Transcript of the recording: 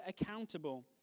accountable